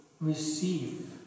receive